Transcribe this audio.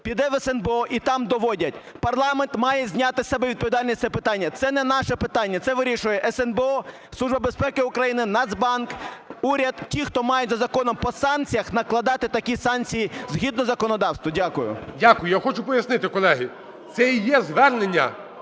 піде в СНБО і там доводять. Парламент має зняти з себе відповідальність за це питання, це не наше питання, це вирішує СНБО, Служба безпеки України, Нацбанк, уряд – ті, хто мають, за Законом по санкціях, накладати такі санкції, згідно законодавства. Дякую. ГОЛОВУЮЧИЙ. Дякую. Я хочу пояснити, колеги. Це і є звернення…